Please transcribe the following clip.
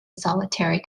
solitary